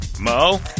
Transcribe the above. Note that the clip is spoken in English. Mo